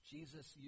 Jesus